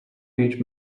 each